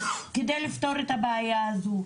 כדי לפתור את הבעיה הזו.